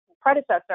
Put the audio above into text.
predecessor